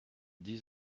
dix